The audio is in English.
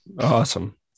Awesome